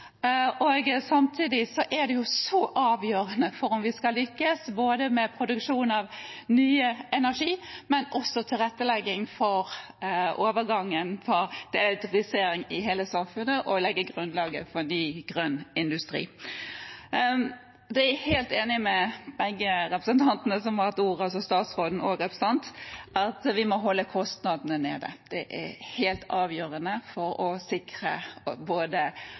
og samtidig er det så avgjørende for om vi skal lykkes både med produksjon av ny energi og med tilrettelegging for overgangen til elektrifisering i hele samfunnet og legge grunnlaget for ny grønn industri. Jeg er helt enig med begge som har hatt ordet, altså statsråd og representant, om at vi må holde kostnadene nede. Det er helt avgjørende for å sikre både